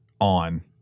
on